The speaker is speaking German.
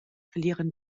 verlieren